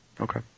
Okay